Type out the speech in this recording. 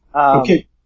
Okay